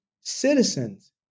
citizens